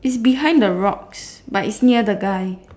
is behind the rocks but is near the guy